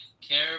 care